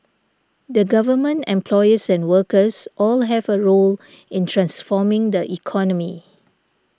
the Government employers and workers all have a role in transforming the economy